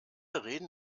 reden